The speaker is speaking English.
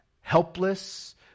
helpless